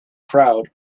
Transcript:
crowd